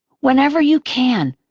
whenever you can,